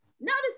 notice